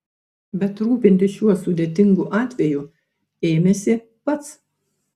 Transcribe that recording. bet rūpintis šiuo sudėtingu atveju ėmėsi pats